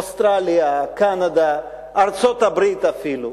אוסטרליה, קנדה, ארצות-הברית אפילו,